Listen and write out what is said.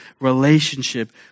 relationship